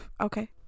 okay